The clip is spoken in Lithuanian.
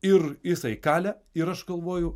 ir jisai kalė ir aš galvoju